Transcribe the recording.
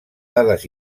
dades